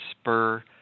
spur